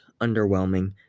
underwhelming